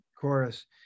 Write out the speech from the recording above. chorus